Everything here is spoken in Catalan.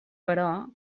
però